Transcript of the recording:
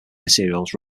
materials